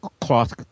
cloth